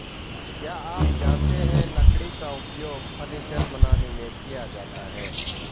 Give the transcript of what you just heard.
क्या आप जानते है लकड़ी का उपयोग फर्नीचर बनाने में किया जाता है?